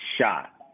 shot